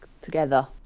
together